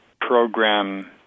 program